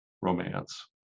romance